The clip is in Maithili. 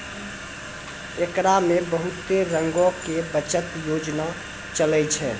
एकरा मे बहुते रंगो के बचत योजना चलै छै